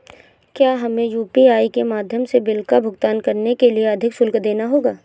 क्या हमें यू.पी.आई के माध्यम से बिल का भुगतान करने के लिए अधिक शुल्क देना होगा?